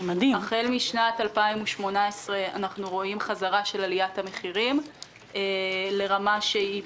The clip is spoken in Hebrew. החל משנת 2018 אנחנו רואים חזרה של עליית המחירים לרמה שהיא